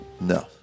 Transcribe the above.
No